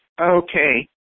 Okay